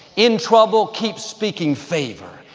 in trouble, keep speaking favor.